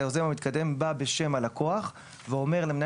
היוזם המתקדם בא בשם הלקוח ואומר למנהל